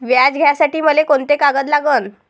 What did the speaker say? व्याज घ्यासाठी मले कोंते कागद लागन?